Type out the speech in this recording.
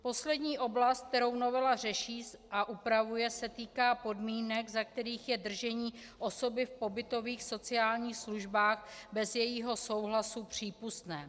Poslední oblast, kterou novela řeší a upravuje, se týká podmínek, za kterých je držení osoby v pobytových sociálních službách bez jejího souhlasu přípustné.